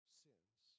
sins